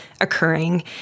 occurring